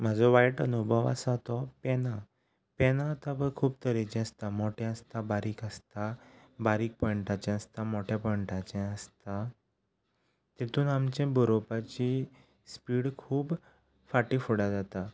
म्हजो वायट अनुभव आसा तो पेनां पेना आतां पळय खूब तरेचीं आसता बारीक आसता बारीक पॉयंटाचें आसता मोट्या पॉयंटाचें आसता तेतून आमचें बरोपाची स्पीड खूब फाटींफुडें जाता